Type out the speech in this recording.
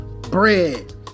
bread